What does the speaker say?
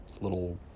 little